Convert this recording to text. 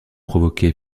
provoqué